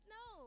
no